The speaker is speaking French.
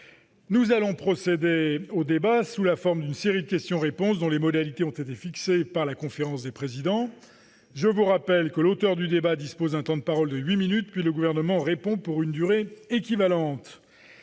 Nous allons procéder au débat sous la forme d'une série de questions-réponses dont les modalités ont été fixées par la conférence des présidents. Je rappelle que l'auteur de la demande dispose d'un temps de parole de huit minutes, puis le Gouvernement répond pour une durée équivalente.